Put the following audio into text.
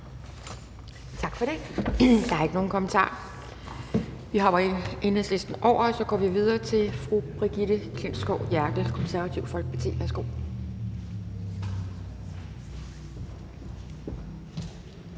Tak for det. Der er ikke nogen kommentarer. Vi hopper Enhedslisten over og går videre til fru Brigitte Klintskov Jerkel, Det Konservative Folkeparti. Værsgo.